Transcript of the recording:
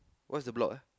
what's the block eh